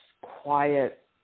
quiet